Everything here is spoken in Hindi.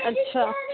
अच्छा